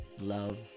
Love